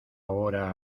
hora